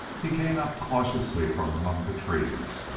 he came out cautiously from among the trees,